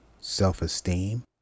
Self-esteem